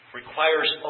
requires